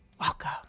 Welcome